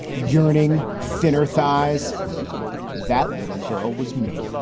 yearning, thinner thighs that little girl was me